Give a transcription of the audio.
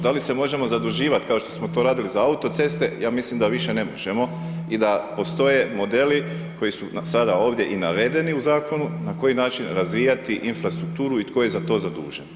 Da li se možemo zaduživati kao što smo to radili za autoceste, ja mislim da više ne možemo i da postoje modeli koji su sada ovdje i navedeni u zakonu na koji način razvijati infrastrukturu i tko je za to zadužen.